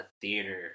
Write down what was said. theater